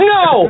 no